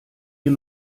ihr